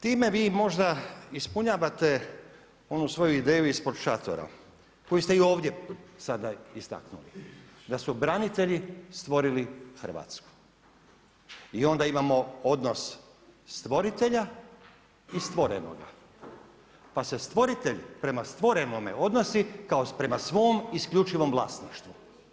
Time vi možda ispunjavate onu svoju ideju ispod šatora koju ste i ovdje sada istaknuli, da su branitelji stvorili Hrvatsku i onda imamo odnos stvoritelja i stvorenoga, pa se stvoritelj prema stvorenome odnosi kao prema svom isključivom vlasništvu.